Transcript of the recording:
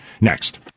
Next